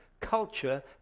culture